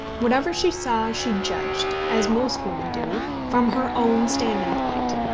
whatever she saw she judged, as most women do, from her own standing-point.